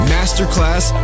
Masterclass